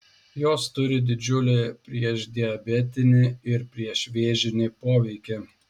jos turi didžiulį priešdiabetinį ir priešvėžinį poveikį